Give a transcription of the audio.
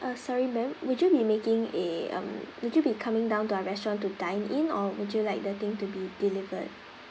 uh sorry ma'am would you be making a um would you be coming down to our restaurant to dine in or would you like the thing to be delivered